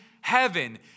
heaven